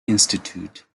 institute